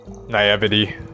naivety